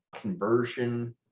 conversion